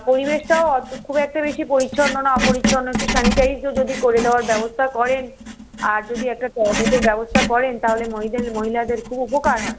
পরিবেশটাও অতো খুব একটা বেশি পরিচ্ছন্ন না অপরিচ্ছন্ন একটু স্যানিটাইসও যদি করে দেওয়ার ব্যবস্থা করেন আর যদি একটা টয়লেটের ব্যবস্থা করেন তাহলে মহিদের মহিলাদের খুব উপকার হয়